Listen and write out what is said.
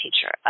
teacher